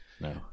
No